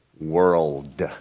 world